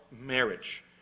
marriage